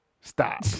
Stop